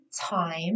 time